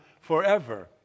forever